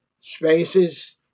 spaces